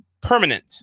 permanent